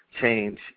change